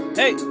hey